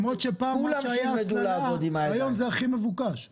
פעם מה שהיה הסללה, היום זה הכי מבוקש.